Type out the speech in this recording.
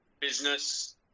business